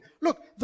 Look